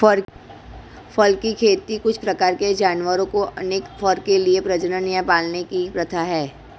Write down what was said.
फर की खेती कुछ प्रकार के जानवरों को उनके फर के लिए प्रजनन या पालने की प्रथा है